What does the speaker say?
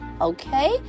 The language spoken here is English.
Okay